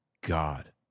God